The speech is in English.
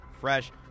fresh